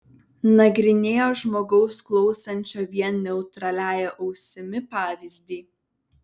nagrinėjo žmogaus klausančio vien neutraliąja ausimi pavyzdį